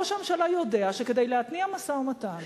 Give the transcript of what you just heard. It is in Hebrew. ראש הממשלה יודע שכדי להתניע משא-ומתן